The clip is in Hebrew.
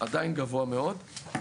זה עדיין גבוה מאוד.